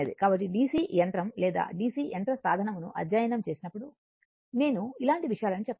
కాబట్టి DC యంత్రం లేదా DC యంత్ర సాధనమును అధ్యయనం చేసినప్పుడు నేను ఇలాంటి విషయాలను చెప్తాను